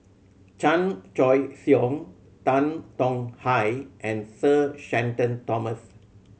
Chan Choy Siong Tan Tong Hye and Sir Shenton Thomas